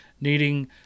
needing